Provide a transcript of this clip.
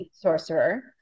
sorcerer